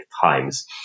times